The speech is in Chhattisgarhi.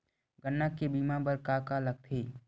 गन्ना के बीमा बर का का लगथे?